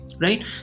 right